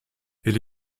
elle